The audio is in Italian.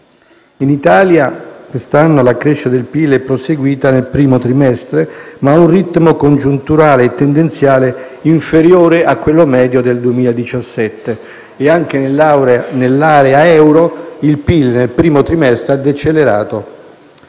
In Italia, quest'anno, la crescita del PIL è proseguita nel primo trimestre, ma a un ritmo congiunturale e tendenziale inferiore a quello medio del 2017 e anche nell'area euro il PIL nel primo trimestre ha decelerato.